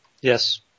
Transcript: Yes